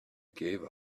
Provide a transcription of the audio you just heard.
gave